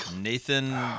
Nathan